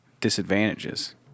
disadvantages